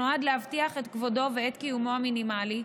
שנועדה להבטיח את כבודו ואת קיומו המינימלי,